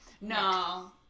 No